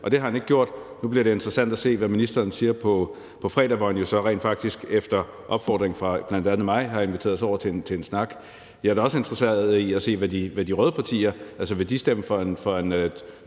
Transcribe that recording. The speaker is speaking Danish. og det har han ikke gjort. Nu bliver det interessant at se, hvad ministeren siger på fredag, hvor han jo så rent faktisk efter opfordring fra bl.a. mig har inviteret os over til en snak. Jeg er da også interesseret i at se, om de røde partier vil stemme for en